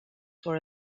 for